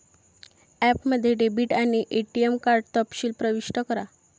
ॲपमध्ये डेबिट आणि ATM card तपशील प्रविष्ट करा